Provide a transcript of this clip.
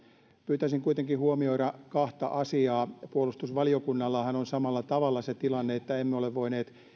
pyytäisin kuitenkin huomioimaan kahta asiaa puolustusvaliokunnallahan on samalla tavalla se tilanne että emme ole voineet